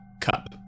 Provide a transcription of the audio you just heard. cup